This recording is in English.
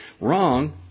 wrong